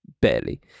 Barely